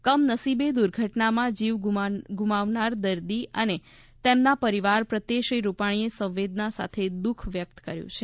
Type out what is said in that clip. કમનસીબ દુર્ઘટનામાં જીવ ગુમાવનાર દર્દી અને તેમના પરિવાર પ્રત્યે શ્રી રૂપાણીએ સંવેદના સાથે દુઃખ વ્યક્ત કર્યું છે